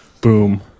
Boom